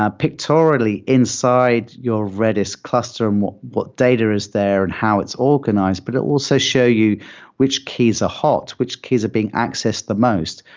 ah pictorially inside your redis cluster and what what data is there and how it's organized, but it will also show you which keys are ah hot, which keys are being accessed the most?